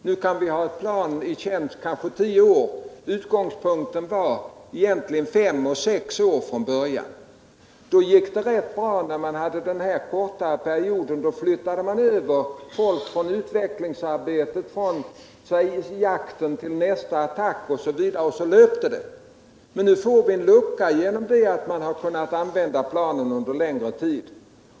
Nu kan vi ha ett flygplan i tjänst under kanske tio år, medan tidigare utgångspunkten var fem till sex år. När planens livslängd var fem till sex år flyttade man över folk från utveckl ngsarbetet på ett jaktplan till nästa attackplan. Men nu uppstår det ett vakuum genom att planen kan användas under längre tid.